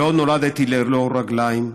לא נולדתי ללא רגליים,